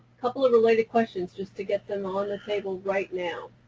couple of related questions, just to get them on the table right now